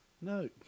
No